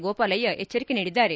ಗೋಪಾಲಯ್ಯ ಎಚ್ಚರಿಕೆ ನೀಡಿದ್ದಾರೆ